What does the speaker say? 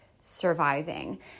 surviving